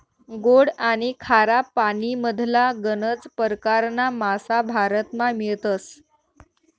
गोड आनी खारा पानीमधला गनज परकारना मासा भारतमा मियतस